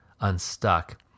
unstuck